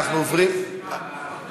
לפרוטוקול